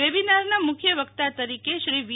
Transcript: વેબીનારના મુખ્ય વક્તા તરીકે શ્રી વી